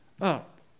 up